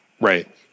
Right